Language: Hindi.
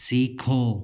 सीखो